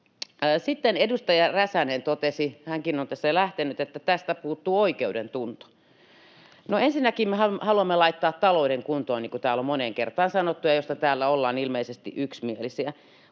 on tästä jo lähtenyt — että tästä puuttuu oikeudentunto. No, ensinnäkin me haluamme laittaa talouden kuntoon, niin kuin täällä on moneen kertaan sanottu, mistä täällä ollaan ilmeisesti yksimielisiä,